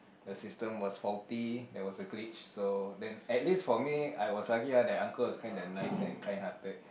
the system was faulty there was a glitch so then at least for me I was lucky ah that uncle was nice and kind hearted